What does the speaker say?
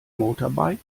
motorbike